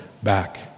Back